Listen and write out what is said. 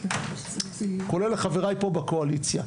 כולל לחבריי פה בקואליציה.